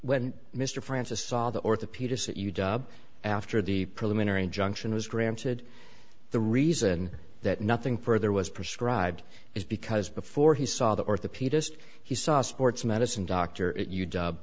when mr francis saw the orthopedist that you job after the preliminary injunction was granted the reason that nothing further was prescribed is because before he saw the orthopedist he saw sports medicine doctor it you job